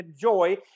Joy